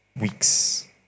weeks